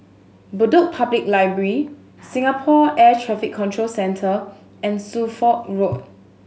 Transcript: Bedok Public Library Singapore Air Traffic Control Centre and Suffolk Road